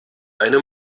eine